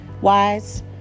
wise